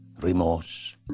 remorse